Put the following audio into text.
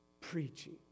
preaching